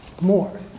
more